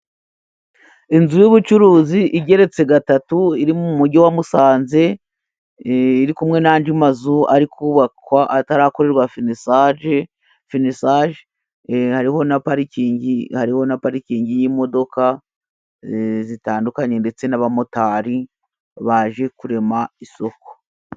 Inzu y'ubucuruzi igeretse gatatu iri mu Mujyi wa Msanze, iri kumwe n'andi mazu ari kubakwa atarakorerwa finisaje, finisaje, hariho na parikingi, hariho na parikingi y'imodoka zitandukanye ndetse n'abamotari baje kurema isoko.